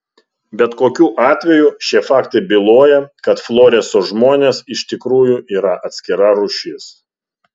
bet kokiu atveju šie faktai byloja kad floreso žmonės iš tikrųjų yra atskira rūšis